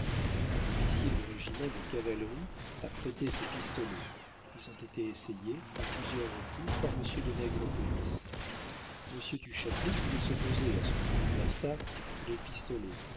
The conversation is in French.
un officier du régiment de cavalerie a prêté ses pistolets ils ont été essayés à plusieurs reprises par monsieur de nègrepelisse monsieur du châtelet voulait s'opposer à ce qu'on exerçât les pistolets